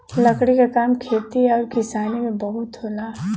लकड़ी क काम खेती आउर किसानी में बहुत होला